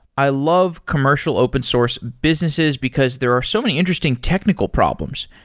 i love commercial open source businesses because there are so many interesting technical problems.